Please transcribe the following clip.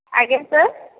ଆଜ୍ଞା ସାର୍